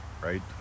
right